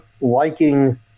liking